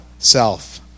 Self